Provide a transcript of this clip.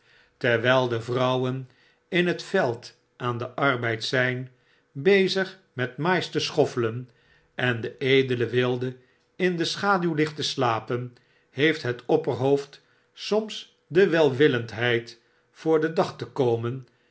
terwijl de vrouwen in het veld aan den arbeid zp bezig met mais te schoffelen en de edele wilde in de schaduw ligt te slapen heeft het opperhoofd soms de welwillendheid voor den dag te komen